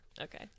Okay